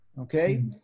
okay